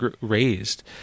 raised